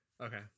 Okay